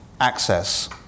access